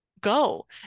go